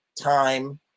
time